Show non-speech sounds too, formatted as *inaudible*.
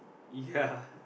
ya *laughs*